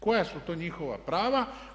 Koja su to njihova prava?